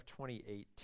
2018